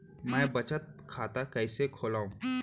मै बचत खाता कईसे खोलव?